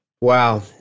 Wow